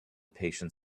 patient